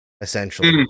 essentially